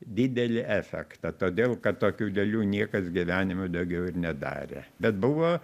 didelį efektą todėl kad tokių dalių niekas gyvenime daugiau ir nedarė bet buvo